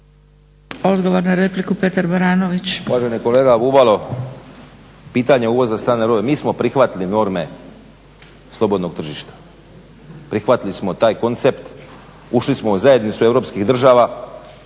Odgovor na repliku, Petar Baranović.